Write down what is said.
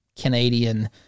Canadian